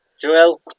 Joel